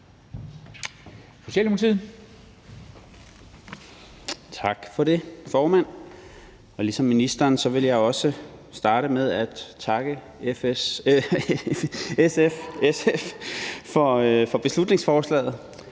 Tak for det, formand. Ligesom ministeren vil jeg også starte med at takke SF for beslutningsforslaget,